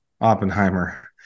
Oppenheimer